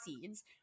seeds